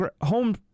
home